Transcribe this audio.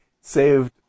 saved